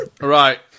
Right